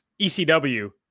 ecw